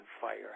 fire